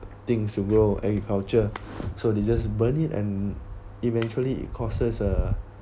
things to grow agriculture so they just burn it and eventually it causes uh